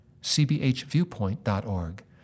cbhviewpoint.org